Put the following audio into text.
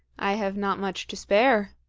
i have not much to spare.